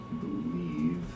believe